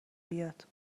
بیاد